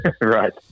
Right